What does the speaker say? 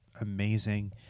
amazing